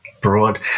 broad